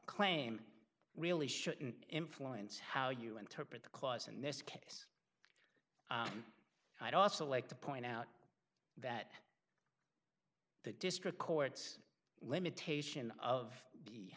claim really shouldn't influence how you interpret the clause in this case i'd also like to point out that the district courts limitation of